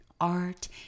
art